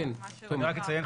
אני רק אציין,